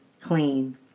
clean